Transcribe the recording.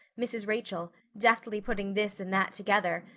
mrs. rachel, deftly putting this and that together,